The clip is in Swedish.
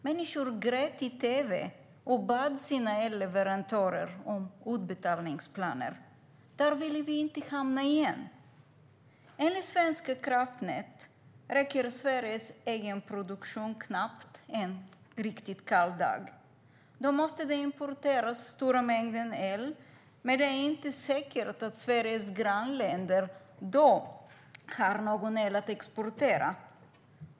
Människor grät i tv och bad sina elleverantörer om avbetalningsplaner. Där vill vi inte hamna igen. Enligt Svenska kraftnät räcker Sveriges egen produktion knappt en kall dag. Då måste det importeras stora mängder el, men det är inte säkert att Sveriges grannländer då har någon el att exportera.